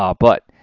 ah but,